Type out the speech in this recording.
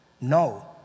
No